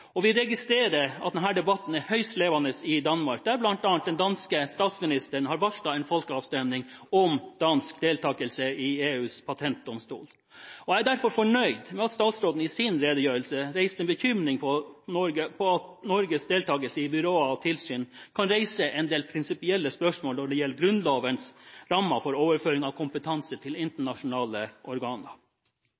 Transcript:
Vi registrerer at denne debatten er høyst levende i Danmark, der bl.a. den danske statsministeren har varslet en folkeavstemning om dansk deltakelse i EUs patentdomstol. Jeg er derfor fornøyd med at statsråden i sin redegjørelse hadde en bekymring om at Norges deltakelse i byråer eller tilsyn kan reise en del prinsipielle spørsmål når det gjelder Grunnlovens rammer for overføring av kompetanse til